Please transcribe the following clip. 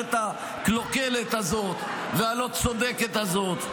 במערכת הקלוקלת הזאת והלא-צודקת הזאת.